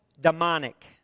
demonic